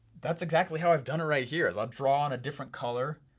that's exactly how i've done it right here, is i've drawn a different color,